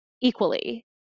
equally